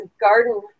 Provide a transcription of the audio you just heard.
garden